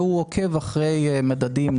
והוא עוקב אחרי מדדים,